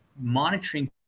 monitoring